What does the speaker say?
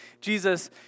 Jesus